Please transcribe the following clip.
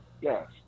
yes